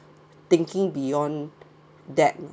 thinking beyond that